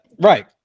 Right